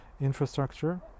infrastructure